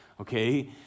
Okay